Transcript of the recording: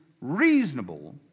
reasonable